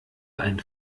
ein